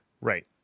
Right